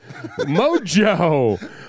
Mojo